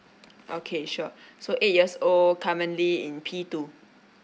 okay sure so eight years old currently in P two